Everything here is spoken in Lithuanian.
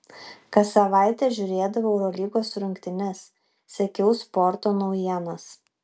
kas savaitę žiūrėdavau eurolygos rungtynes sekiau sporto naujienas